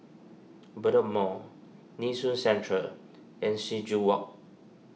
Bedok Mall Nee Soon Central and Sing Joo Walk